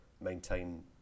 maintain